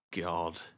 God